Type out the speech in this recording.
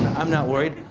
i'm not worried.